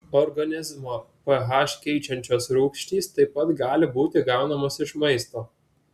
organizmo ph keičiančios rūgštys taip pat gali būti gaunamos iš maisto